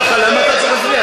אסור לך, למה אתה צריך להפריע?